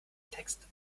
text